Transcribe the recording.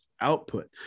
output